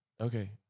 okay